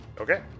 Okay